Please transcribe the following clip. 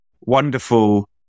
wonderful